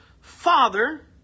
Father